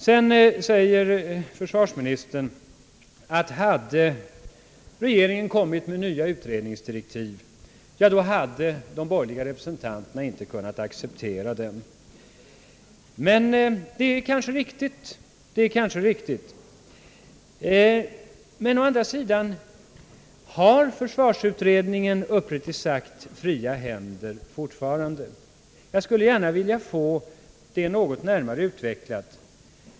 Sedan säger försvarsministern att om regeringen hade kommit med nya utredningsdirektiv, då hade de borgerliga representanterna inte kunnat acceptera dem. Det är kanske riktigt. Men har försvarsutredningen uppriktigt sagt fria händer fortfarande? Jag skulle gärna vilja få den saken något närmare utvecklad.